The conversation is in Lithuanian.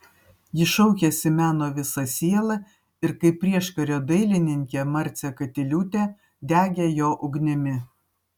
ji šaukėsi meno visa siela ir kaip prieškario dailininkė marcė katiliūtė degė jo ugnimi